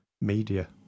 media